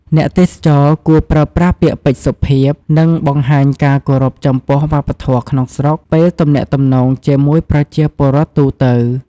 អ្នកទេសចរគួរប្រើប្រាស់ពាក្យពេចន៍សុភាព និងបង្ហាញការគោរពចំពោះវប្បធម៌ក្នុងស្រុកពេលទំនាក់ទំនងជាមួយប្រជាពលរដ្ឋទូទៅ។